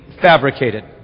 fabricated